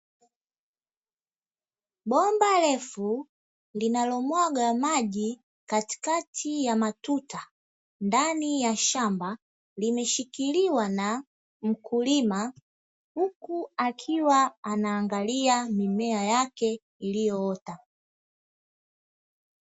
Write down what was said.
Bomba refu linalomwaga maji katikati ya matuta, ndani ya shamba limeshikiliwa na mkulima, huku akiwa anaangalia mimea yake iliyoota.